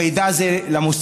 להעביר את המידע הזה למוסד,